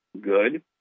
good